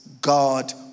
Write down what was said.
God